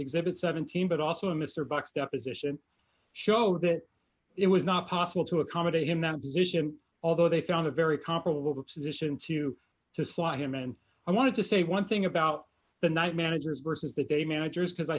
exhibit seventeen but also a mr buck's deposition show that it was not possible to accommodate him that position although they found a very comparable position to to slot him and i wanted to say one thing about the night managers vs the day managers because